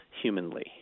humanly